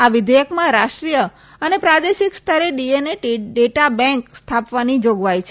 આ વિધેયકમાં રાષ્ટ્રીય અને પ્રાદેશિક સ્તરે ડીએનએ ડેટા બેન્ક સ્થાપવાની જોગવાઈ છે